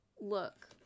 look